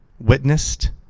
witnessed